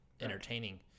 entertaining